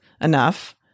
enough